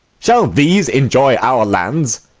shall these enjoy our lands?